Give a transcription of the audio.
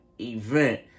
event